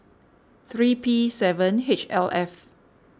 three P seven H L F